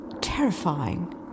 terrifying